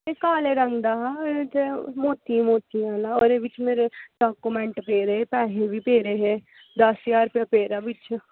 ते काले रंग दा हा ते मोती मोती ते ओह्दे च मेरे डॉक्यूमेंट पेदे हे ते पैसे बी पेदे हे दस्स ज्हार रपेआ पेदा बिच